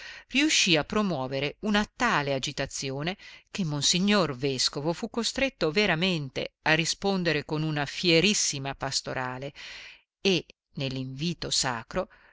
riuscì a promuovere una tale agitazione che monsignor vescovo fu costretto veramente a rispondere con una fierissima pastorale e nell'invito sacro